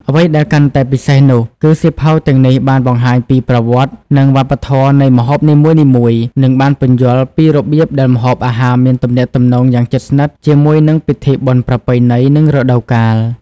អ្វីដែលកាន់តែពិសេសនោះ គឺសៀវភៅទាំងនេះបានបង្ហាញពី ប្រវត្តិ និងវប្បធម៌ នៃម្ហូបនីមួយៗ និងបានពន្យល់ពីរបៀបដែលម្ហូបអាហារមានទំនាក់ទំនងយ៉ាងជិតស្និទ្ធជាមួយនឹងពិធីបុណ្យប្រពៃណី និងរដូវកាល។